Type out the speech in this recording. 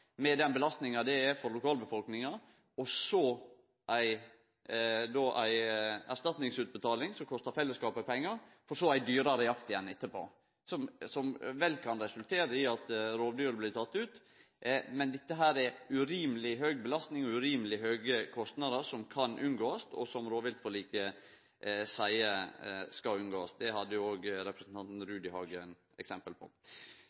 med den belastninga det er for lokalbefolkninga, og så ei erstatningsutbetaling som kostar fellesskapen pengar, og så få ei dyrare jakt etterpå, som vel kan resultere i at rovdyret blir teke ut. Men dette medfører urimeleg høg belastning og urimeleg høge kostnader, som ein kan unngå, og som rovdyrforliket seier at ein skal unngå. Det hadde representanten Rudihagen eksempel på.